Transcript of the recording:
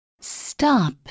stop